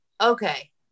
Okay